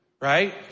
right